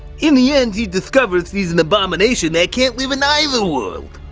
in the end, he discovers he's an abomination that can't live in either world.